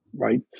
Right